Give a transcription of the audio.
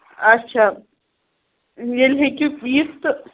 اَچھا ییٚلہِ ہیٚکِو یِتھ تہٕ